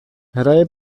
hraje